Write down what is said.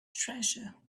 treasure